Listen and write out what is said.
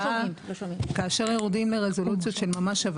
כאשר יורדים לרזולוציות של ממש,